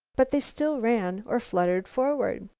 but they still ran or fluttered forward.